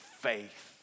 faith